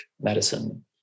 medicine